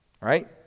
right